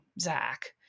Zach